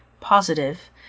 positive